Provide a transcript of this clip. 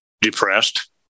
depressed